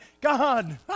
God